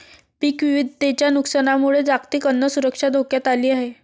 पीक विविधतेच्या नुकसानामुळे जागतिक अन्न सुरक्षा धोक्यात आली आहे